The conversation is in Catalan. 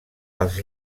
als